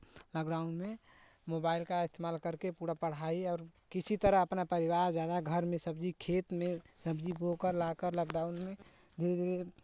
lockdown में mobile का इस्तेमाल करके पूरा पढ़ाई और किसी तरह अपना परिवार ज़्यादा घर में सब्जी खेत में सब्जी बोकर लाकर लॉकडाउन में धीरे धीरे